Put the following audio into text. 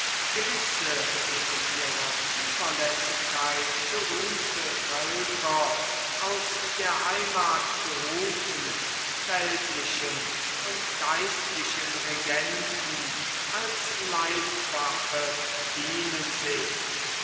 gewisse wegen ihrer zuverlässigkeit gerühmte völker aus der heimat gerufen weltlichen und geistlichen regenten als leibwache dienen sehen